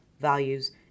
values